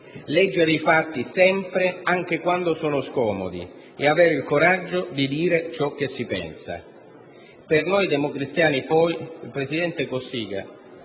leggere i fatti sempre, anche quando sono scomodi, e avere il coraggio di dire ciò che si pensa. Per noi democristiani, poi, il presidente Cossiga